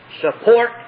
support